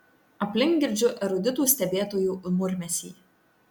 aplink girdžiu eruditų stebėtojų murmesį